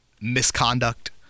misconduct